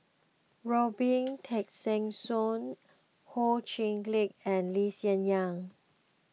Robin Tessensohn Ho Chee Lick and Lee Hsien Yang